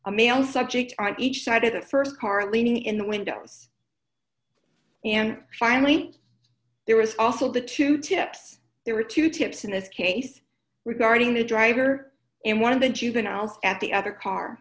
a male subject on each side of the st car leaning in the windows and finally there was also the two tips there were two tips in this case regarding the driver and one of the juveniles at the other car